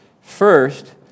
first